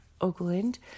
Oakland